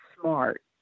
smart